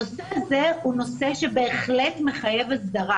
הנושא הזה הוא נושא שבהחלט מחייב הסדרה,